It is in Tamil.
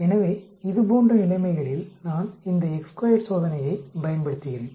எனவே இதுபோன்ற நிலைமைகளில் நான் இந்த சோதனையைப் பயன்படுத்துகிறேன்